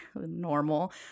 normal